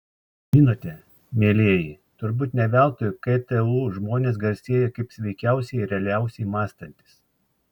žinote mielieji turbūt ne veltui ktu žmonės garsėja kaip sveikiausiai ir realiausiai mąstantys